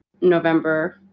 November